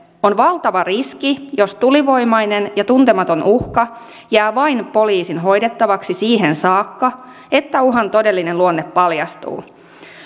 on valtava riski jos tulivoimainen ja tuntematon uhka jää vain poliisin hoidettavaksi siihen saakka että uhan todellinen luonne paljastuu